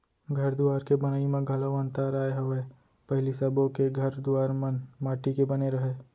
घर दुवार के बनई म घलौ अंतर आय हवय पहिली सबो के घर दुवार मन माटी के बने रहय